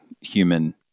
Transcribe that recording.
human